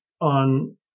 on